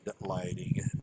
lighting